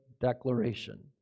Declaration